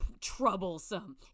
troublesome